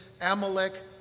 Amalek